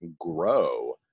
grow